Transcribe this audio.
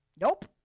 nope